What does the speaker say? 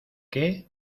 qué